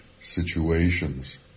situations